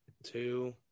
Two